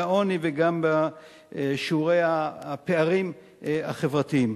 העוני וגם בשיעורי הפערים החברתיים.